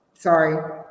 Sorry